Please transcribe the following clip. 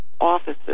offices